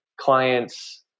clients